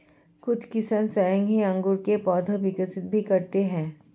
कुछ किसान स्वयं ही अंगूर के पौधे विकसित भी करते हैं